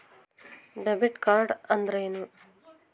Debit card ಅಂದ್ರೇನು?